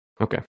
okay